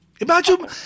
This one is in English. Imagine